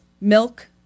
milk